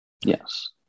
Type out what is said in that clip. Yes